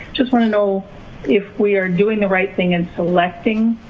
just wanna know if we are doing the right thing in selecting